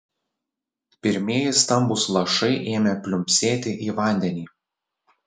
pirmieji stambūs lašai ėmė pliumpsėti į vandenį